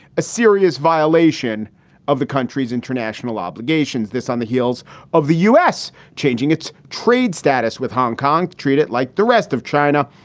a serious violation of the country's international obligations. this on the heels of the u s. changing its trade status with hong kong. treat it like the rest of china.